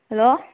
hello